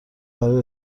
برای